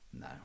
No